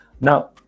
Now